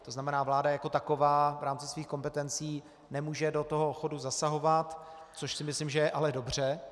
To znamená vláda jako taková v rámci svých kompetencí nemůže do toho chodu zasahovat, což si myslím, že je ale dobře.